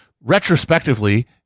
retrospectively